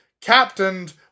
captained